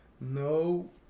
no